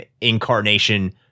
incarnation